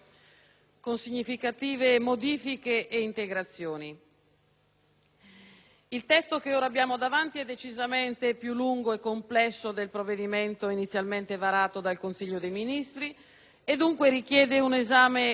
Il testo che ora abbiamo davanti è decisamente più lungo e complesso del provvedimento inizialmente varato dal Consiglio dei ministri e, dunque, richiede un esame completo, attento e anche approfondito.